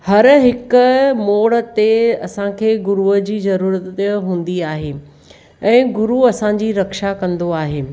हर हिकु मोड़ ते असांखे गुरुअ जी ज़रूरत हूंदी आहे ऐं गुरु असांजी रक्षा कंदो आहे